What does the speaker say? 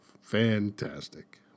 Fantastic